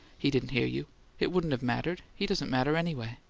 he didn't hear you it wouldn't have mattered he doesn't matter anyway.